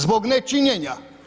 Zbog nečinjenja.